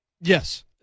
Yes